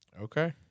Okay